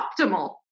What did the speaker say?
optimal